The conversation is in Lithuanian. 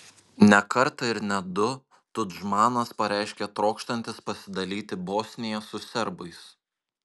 ne kartą ir ne du tudžmanas pareiškė trokštantis pasidalyti bosniją su serbais